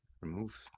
remove